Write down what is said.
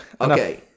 Okay